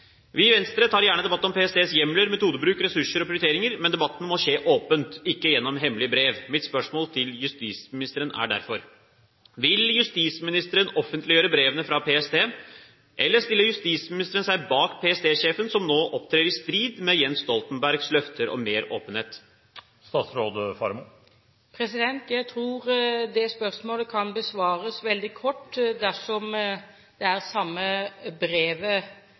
Vi i Venstre tar gjerne debatt om PSTs hjemler, metodebruk, ressurser og prioriteringer, men debatten må skje åpent, ikke gjennom hemmelige brev. Mitt spørsmål til justisministeren er derfor: Vil justisministeren offentliggjøre brevene fra PST, eller stiller hun seg bak PST-sjefen som nå opptrer i strid med Jens Stoltenbergs løfter om mer åpenhet? Jeg tror det spørsmålet kan besvares veldig kort, dersom det er det brevet